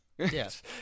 Yes